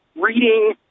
reading